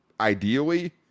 ideally